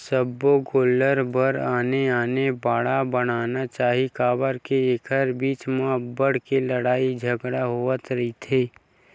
सब्बो गोल्लर बर आने आने बाड़ा बनाना चाही काबर के एखर बीच म अब्बड़ के लड़ई झगरा होवत रहिथे